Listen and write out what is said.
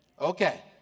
Okay